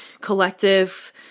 collective